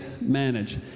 manage